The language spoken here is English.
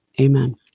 Amen